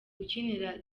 ukinira